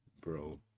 bro